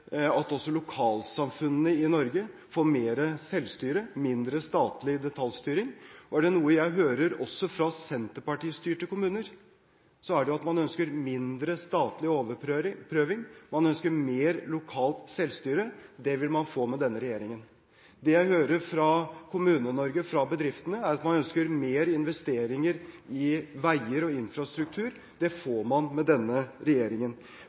også lokalsamfunnene i Norge får mer selvstyre og mindre statlig detaljstyring. Og er det noe jeg hører, også fra Senterparti-styrte kommuner, er det at man ønsker mindre statlig overprøving, man ønsker mer lokalt selvstyre. Det vil man få med denne regjeringen. Det jeg hører fra Kommune-Norge og fra bedriftene, er at man ønsker mer investering i veier og infrastruktur. Det får man med denne regjeringen.